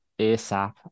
ASAP